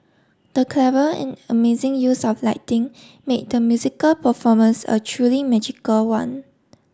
the clever and amazing use of lighting made the musical performance a truly magical one